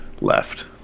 left